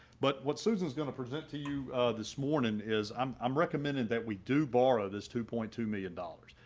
but what susan's going to present to you this morning is i'm um recommending that we do borrow this two point two million dollars.